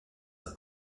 pas